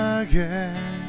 again